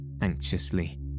anxiously